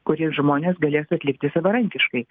kurie žmonės galės atlikti savarankiškai